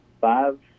five